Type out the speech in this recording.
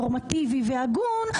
נורמטיבי והגון,